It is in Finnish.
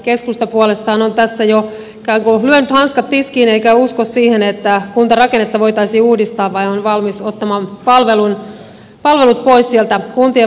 keskusta puolestaan on tässä jo ikään kuin lyönyt hanskat tiskiin eikä usko siihen että kuntarakennetta voitaisiin uudistaa vaan on valmis ottamaan palvelut pois sieltä kuntien vastuulta